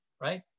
right